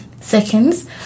seconds